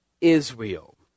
Israel